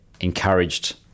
encouraged